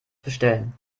bestellen